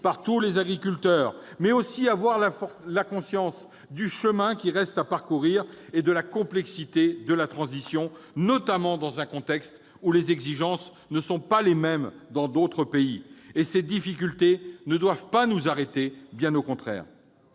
par tous les agriculteurs, mais aussi avoir conscience de l'importance du chemin restant à parcourir et de la complexité de la transition, notamment dans un contexte où les exigences ne sont pas les mêmes dans d'autres pays. Ces difficultés ne doivent pas nous arrêter, bien au contraire.